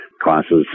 classes